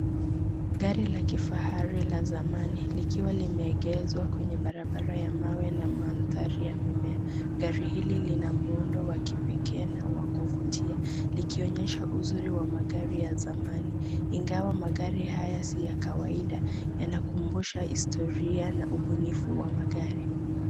Gari la kifahari la zamani likiwa limeegeshwa kwenye barabara ya mawe na mandhari ya mimea. Gari hili lina muundo wa kipekee na wa kuvutia likionyesha uzuri wa magari ya zamani. Ingawa magari haya si ya kawaida, yanakumbusha historia na ubunifu wa magari.